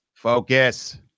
Focus